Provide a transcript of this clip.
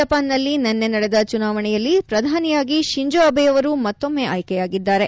ಜಪಾನ್ನಲ್ಲಿ ನಿನ್ನೆ ನಡೆದ ಚುನಾವಣೆಯಲ್ಲಿ ಪ್ರಧಾನಿಯಾಗಿ ಶಿಂಜೊ ಅಬೆಯವರು ಮತ್ತೊಮ್ಮೆ ಆಯ್ಕೆಯಾಗಿದ್ದಾರೆ